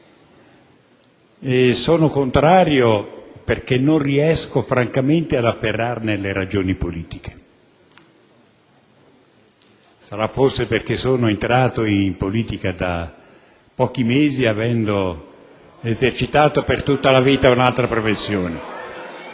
Sono contrario perché non riesco francamente ad afferrarne le ragioni politiche. Sarà forse perché sono entrato in politica da pochi mesi avendo esercitato per tutta la vita un'altra professione.